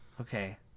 Okay